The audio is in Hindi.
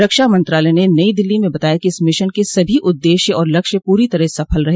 रक्षा मंत्रालय ने नई दिल्ली में बताया कि इस मिशन के सभी उद्देश्य और लक्ष्य पूरी तरह सफल रहे